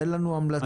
תן לנו המלצות.